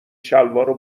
شلوارو